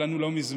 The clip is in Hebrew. היה לנו לא מזמן,